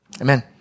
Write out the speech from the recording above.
Amen